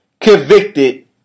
convicted